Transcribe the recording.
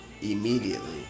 immediately